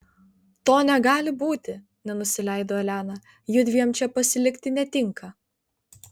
to negali būti nenusileido elena judviem čia pasilikti netinka